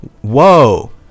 Whoa